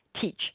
teach